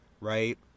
right